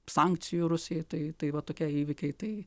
sankcijų rusijai tai tai va tokie įvykiai tai